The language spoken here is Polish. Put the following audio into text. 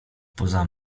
poza